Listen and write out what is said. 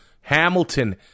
Hamilton